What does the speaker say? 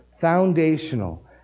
foundational